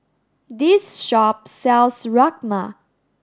this shop sells Rajma